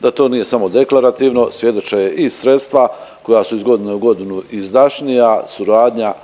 Da to nije samo deklarativno svjedoče i sredstva koja su iz godine u godinu izdašnija, suradnja